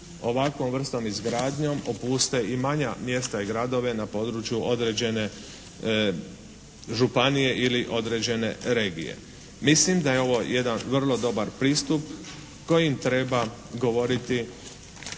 ovakvom vrstom izgradnjom opuste i manja mjesta i gradove na području određene županije ili određene regije. Mislim da je ovo jedan vrlo dobar pristup kojim treba govoriti